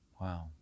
Wow